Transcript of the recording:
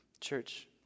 Church